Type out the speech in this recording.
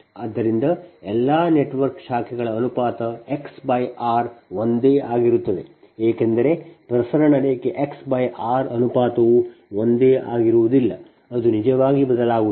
ಆದ್ದರಿಂದ ಎಲ್ಲಾ ನೆಟ್ವರ್ಕ್ ಶಾಖೆಗಳ ಅನುಪಾತ X R ಒಂದೇ ಆಗಿರುತ್ತದೆ ಏಕೆಂದರೆ ಪ್ರಸರಣ ರೇಖೆ X R ಅನುಪಾತವು ಒಂದೇ ಆಗಿರುವುದಿಲ್ಲ ಅದು ನಿಜವಾಗಿ ಬದಲಾಗುತ್ತದೆ